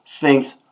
thinks